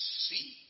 see